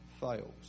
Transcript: fails